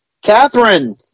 Catherine